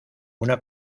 una